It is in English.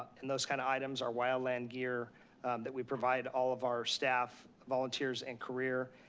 and those kind of items, our wildland gear that we provide all of our staff, volunteers and career,